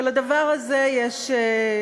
ולדבר הזה יש,